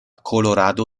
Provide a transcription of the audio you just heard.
colorado